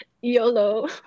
YOLO